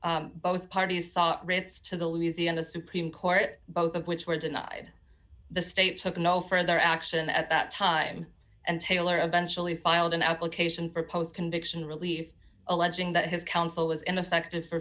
aquash both parties saw writs to the louisiana supreme court both of which were denied the state took no further action at that time and taylor eventually filed an application for post conviction relief alleging that his counsel was ineffective for